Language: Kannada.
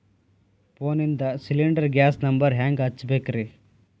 ಫೋನಿಂದ ಸಿಲಿಂಡರ್ ಗ್ಯಾಸ್ ನಂಬರ್ ಹೆಂಗ್ ಹಚ್ಚ ಬೇಕ್ರಿ?